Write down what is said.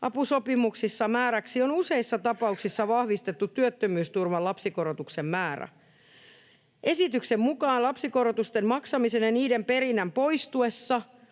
elatusapusopimuksissa määräksi on useissa tapauksissa vahvistettu työttömyysturvan lapsikorotuksen määrä. Esityksen mukaan lapsikorotusten maksamisen ja niiden perinnän poistuessa